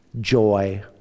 joy